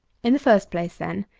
in the first place, then,